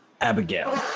Abigail